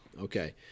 Okay